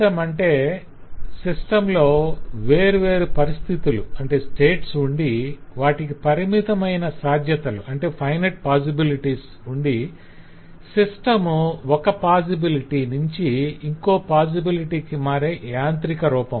FSM అంటే system లో వేర్వేరు పరిస్థితులుండి వాటికి పరిమితమైన సాధ్యతలునప్పుడు సిస్టమ్ ఒక సాధ్యతనుంచి ఇంకొక సాధ్యతకు మారే యాంత్రిక రూపం